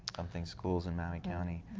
something schools in maui county